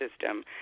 system